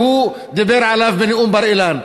שהוא דיבר עליו בנאום בר-אילן.